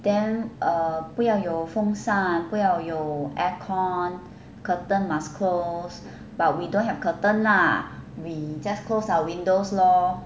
then err 不要有风扇不要有 aircon curtain must close but we don't have curtain lah we just close our windows lor